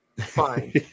fine